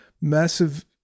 massive